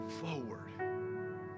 forward